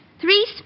Three